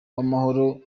w’amahoro